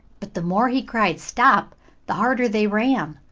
but the more he cried stop the harder they ran.